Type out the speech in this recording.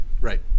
Right